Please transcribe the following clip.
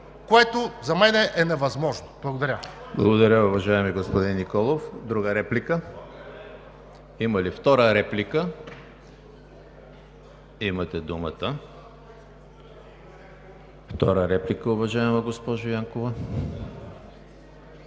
което за мен е невъзможно. Благодаря.